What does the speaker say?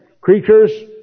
creatures